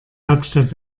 hauptstadt